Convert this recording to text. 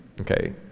Okay